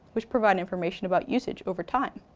which provide information about usage over time.